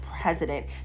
president